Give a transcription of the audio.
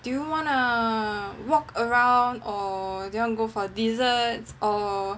do you wanna walk around or you want to go for desserts or